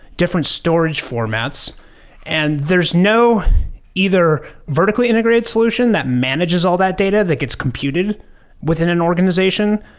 different storage formats and there's no either vertically integrated solution that manages all that data that gets computed within an organization,